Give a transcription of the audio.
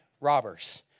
robbers